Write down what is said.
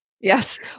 Yes